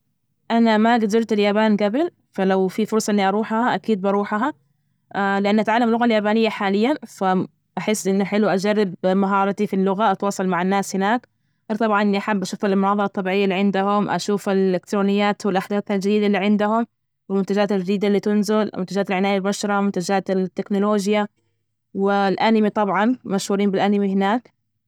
أنا ما قد زرت اليابان جبل، فلو في فرصة إني أروحها، أكيد بروحها، لأن أتعلم اللغة اليابانية حاليا، فأحس إن حلو أجرب مهارتي في اللغة، أتواصل مع الناس هناك، غير طبعا إني أحب أشوف المناظرة الطبيعية اللي عندهم أشوف الإلكترونيات والأحداث الجديدة اللي عندهم، والمنتجات الجديدة اللي تنزل منتجات العناية بالبشرة، ومنتجات التكنولوجيا، والأنمي طبعا مشهورين بالأنمي هناك.